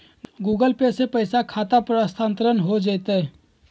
Google Pay से पईसा खाता पर स्थानानंतर हो जतई?